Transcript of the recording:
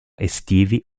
estivi